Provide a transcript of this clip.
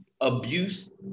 abuse